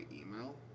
email